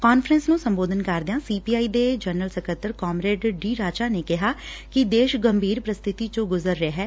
conference ਨੁੰ ਸੰਬੋਧਨ ਕਰਦਿਆਂ ਸੀ ਪੀ ਆਈ ਦੇ ਜਨਰਲ ਸਕੱਤਰ ਕਾਮਰੇਡ ਡੀ ਰਾਜਾ ਨੇ ਕਿਹਾ ਕਿ ਦੇਸ਼ ਗੰਭੀਰ ਪ੍ਰਸੱਬਿਤੀ ਚੋ ਗੁਜ਼ਰ ਰਿਹੈ